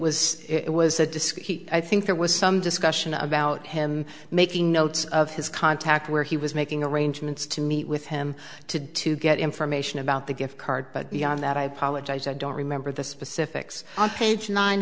was it was a disc i think there was some discussion about him making notes of his contact where he was making arrangements to meet with him to to get information about the gifts card but beyond that i apologize i don't remember the specifics on page nine